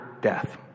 death